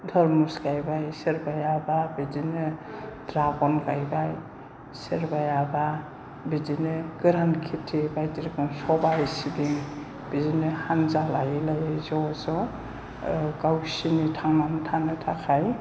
टरमुज गायबाय सोरबायाबा बिदिनो द्राग'न गायबाय सोरबायाबा बिदिनो गोरान खेथि बायदि रोखोम सबाय सिबिं बिदिनो हानजा लायै लायै ज' ज' गावसोरनि थांनानै थानो थाखाय